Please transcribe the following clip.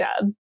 job